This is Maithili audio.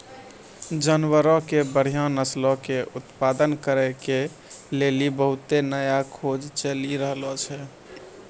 जानवरो के बढ़िया नस्लो के उत्पादन करै के लेली बहुते नया खोज चलि रहलो छै